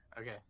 Okay